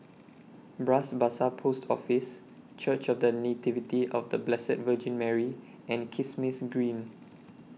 Bras Basah Post Office Church of The Nativity of The Blessed Virgin Mary and Kismis Green